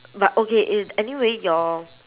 but okay i~ anyway your